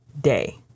day